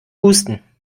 husten